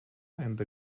and